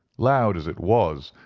loud as it was,